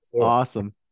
Awesome